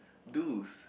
do's